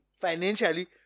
financially